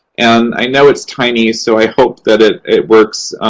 and i know it's tiny, so i hope that it it works.